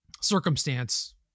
Circumstance